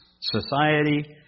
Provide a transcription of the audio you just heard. society